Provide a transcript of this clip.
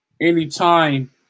anytime